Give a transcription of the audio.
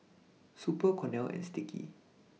Super Cornell and Sticky